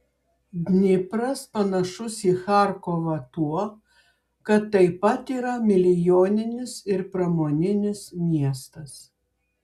dnipras panašus į charkovą tuo kad taip pat yra milijoninis ir pramoninis miestas